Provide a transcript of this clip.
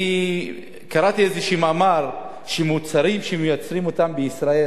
אני קראתי איזה מאמר שמוצרים שמייצרים אותם בישראל,